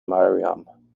mariam